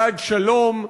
בעד שלום,